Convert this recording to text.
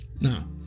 Now